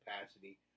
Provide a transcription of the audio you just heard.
capacity